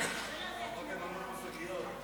שלפחות יממנו לנו שקיות.